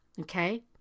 Okay